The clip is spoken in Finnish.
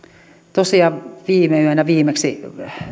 tosiaan viime yönä viimeksi